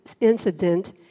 incident